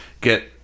get